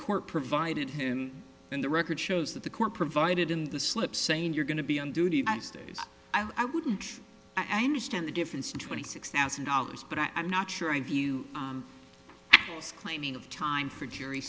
court provided him and the record shows that the court provided in the slips saying you're going to be on duty i stated i wouldn't i understand the difference in twenty six thousand dollars but i'm not sure i view this claiming of time for jury